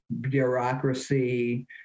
bureaucracy